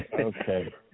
Okay